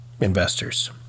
investors